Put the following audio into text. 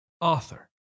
author